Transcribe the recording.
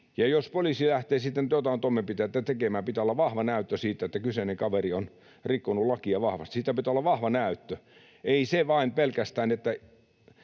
Ja jos poliisi lähtee sitten jotain toimenpiteitä tekemään, pitää olla vahva näyttö siitä, että kyseinen kaveri on rikkonut lakia vahvasti. Siitä pitää olla vahva näyttö, ei pelkästään niin,